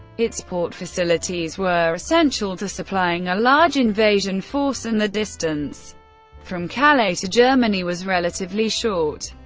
its port facilities were essential to supplying a large invasion force, and the distance from calais to germany was relatively short.